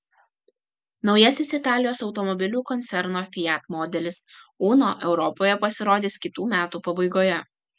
naujasis italijos automobilių koncerno fiat modelis uno europoje pasirodys kitų metų pabaigoje